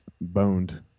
boned